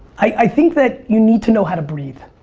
i think that you need to know how to breathe.